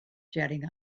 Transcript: jetting